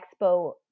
expo